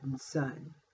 son